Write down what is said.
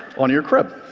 on your crib.